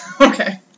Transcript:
Okay